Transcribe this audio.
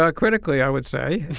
ah critically, i would say